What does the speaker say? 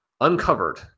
uncovered